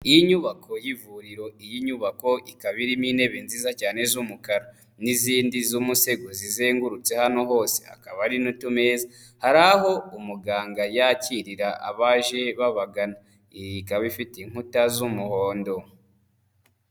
Iyi nyubako y'ivuriro, iyi nyubako ikaba irimo intebe nziza cyane z'umukara n'izindi z'umusego zizengurutse hano hose akaba ari n'utumeza, hari aho umuganga yakirira abaje babagana. Iyi ikaba ifite inkuta z'umuhondo.